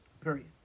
Period